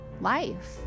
life